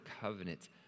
covenant